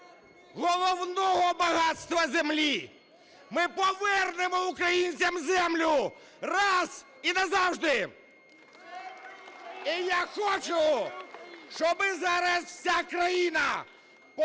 головного багатства – землі. Ми повернемо українцям землю раз і назавжди! І я хочу, щоби зараз вся країна